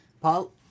Paul